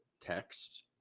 text